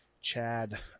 chad